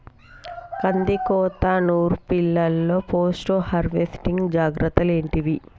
కందికోత నుర్పిల్లలో post harvesting జాగ్రత్తలు ఏంటివి?